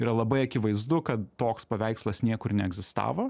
yra labai akivaizdu kad toks paveikslas niekur neegzistavo